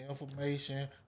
information